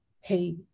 hey